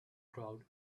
crowd